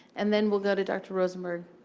and then we'll go to dr. rosenberg.